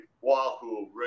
Wahoo